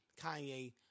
Kanye